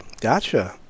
gotcha